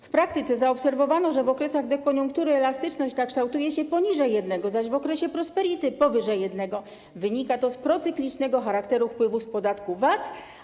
W praktyce zaobserwowano, że w okresie dekoniunktury elastyczność ta kształtuje się poniżej jednego, zaś w okresie prosperity - powyżej jednego, co wynika z procyklicznego charakteru wpływu z podatku VAT.